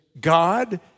God